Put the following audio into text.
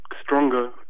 stronger